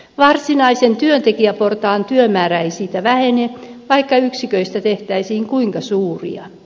varsinaisen työntekijäportaan työmäärä ei siitä vähene vaikka yksiköistä tehtäisiin kuinka suuria